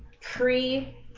pre